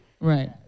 Right